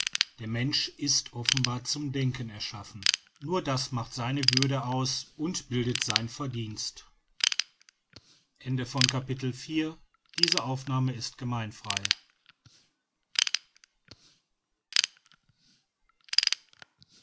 der mensch ist offenbar zum denken erschaffen nur das macht seine würde aus und bildet sein verdienst